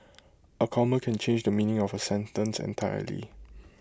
A comma can change the meaning of A sentence entirely